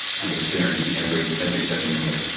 and experiencing every every second of it.